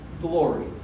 glory